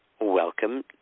Welcome